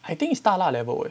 I think it's 大辣 level eh